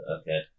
Okay